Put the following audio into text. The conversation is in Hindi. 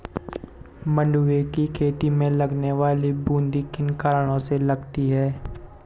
मंडुवे की खेती में लगने वाली बूंदी किन कारणों से लगती है?